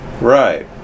right